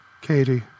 Katie